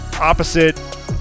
opposite